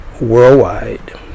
worldwide